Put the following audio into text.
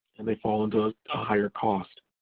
and they fall into a higher cost.